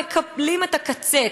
מקבלים את הקצה,